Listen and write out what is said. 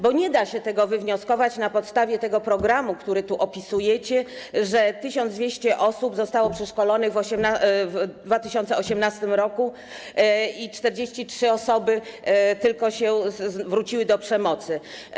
Bo nie da się tego wywnioskować na podstawie tego programu, który tu opisujecie, że 1200 osób zostało przeszkolonych w 2018 r. i tylko 43 osoby wróciły do przemocy.